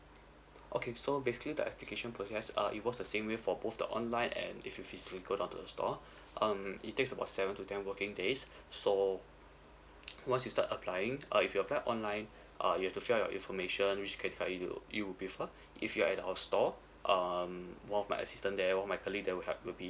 okay so basically the application process err it works the same way for both the online and if you physical onto the store um it takes about seven to ten working days so once you start applying uh if you apply online uh you have to fill up your information which credit card are you you'd prefer if you're at our store um one of my assistant there one of my colleague there will help will be